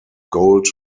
gold